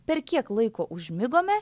per kiek laiko užmigome